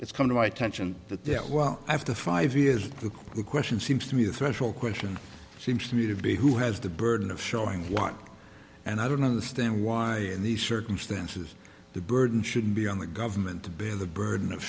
it's come to my attention that that well after five years the question seems to me the threshold question seems to me to be who has the burden of showing one and i don't understand why in these circumstances the burden should be on the government to bear the burden of